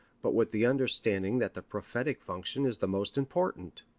but with the understanding that the prophetic function is the most important,